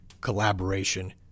collaboration